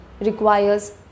requires